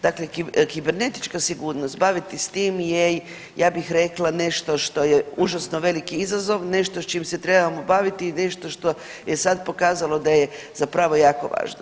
Dakle, kibernetička sigurnost baviti s tim je ja bih rekla nešto što je užasno veliki izazov, nešto s čim se trebamo baviti i nešto što je sad pokazalo da je zapravo jako važno.